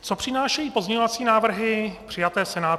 Co přinášejí pozměňovací návrhy přijaté Senátem.